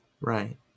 Right